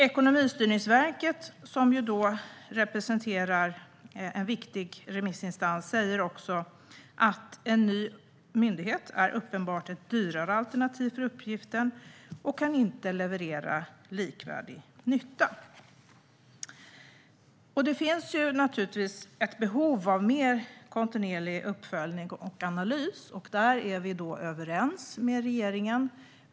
Ekonomistyrningsverket, som representerar en viktig remissinstans, säger att en ny myndighet uppenbart är ett dyrare alternativ för uppgiften och kan inte leverera likvärdig nytta. Det finns naturligtvis ett behov av mer kontinuerlig uppföljning och analys. Där är vi överens med regeringen.